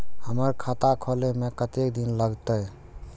हमर खाता खोले में कतेक दिन लगते?